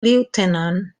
lieutenant